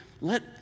let